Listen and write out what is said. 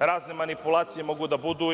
razne manipulacije mogu da budu.